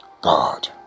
God